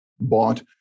bought